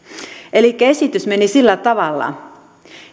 elikkä esitys meni sillä tavalla